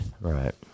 Right